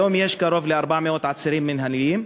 היום יש קרוב ל-400 עצירים מינהליים,